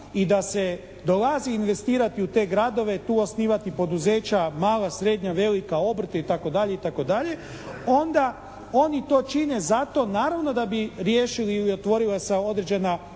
i da se dolazi investirati u te gradove, tu osnivati poduzeća, mala, srednja, velika, obrte, itd., itd. onda oni to čine zato naravno da bi riješili i otvorila se određena